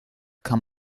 kann